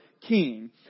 King